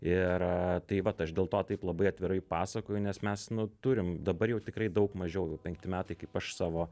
ir tai vat aš dėl to taip labai atvirai pasakoju nes mes nu turim dabar jau tikrai daug mažiau jau penkti metai kaip aš savo